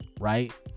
right